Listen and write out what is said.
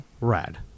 Rad